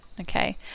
Okay